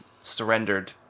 surrendered